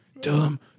Dumb